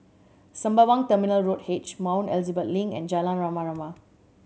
Sembawang Terminal Road H Mount Elizabeth Link and Jalan Rama Rama